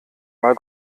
mal